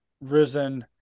risen